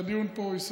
שהדיון פה יספק.